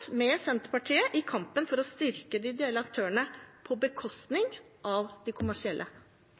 med Senterpartiet i kampen for å styrke de ideelle aktørene på bekostning av de kommersielle?